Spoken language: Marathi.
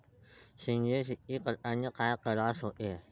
सेंद्रिय शेती करतांनी काय तरास होते?